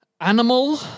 animal